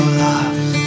lost